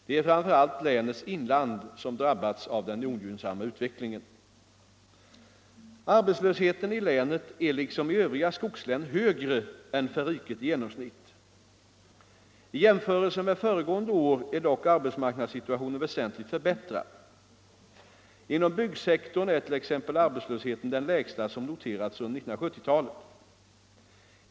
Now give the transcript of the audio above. Det är framför allt länets inland som drabbats av den ogynnsamma utvecklingen. Arbetslösheten i länet är liksom i övriga skogslän högre än för riket i genomsnitt. I jämförelse med föregående år är dock arbetsmarknads situationen väsentligt förbättrad. Inom byggsektorn är t.ex. arbetslös = Nr 23 heten den lägsta som noterats under 1970-talet.